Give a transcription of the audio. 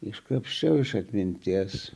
iškrapščiau iš atminties